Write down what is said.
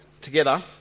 together